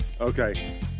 Okay